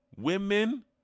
women